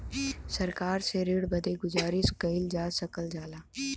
सरकार से ऋण बदे गुजारिस कइल जा सकल जाला